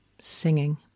singing